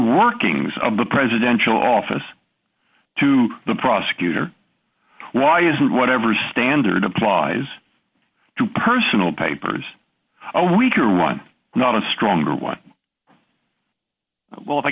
workings of the presidential office to the prosecutor why isn't whatever standard applies to personal papers a week or one not a stronger one well if i